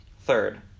Third